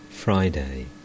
Friday